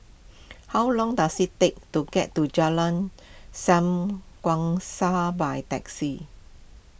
how long does it take to get to Jalan Sam Kongsi by taxi